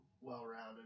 well-rounded